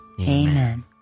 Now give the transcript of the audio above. Amen